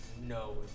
No